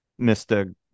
Mr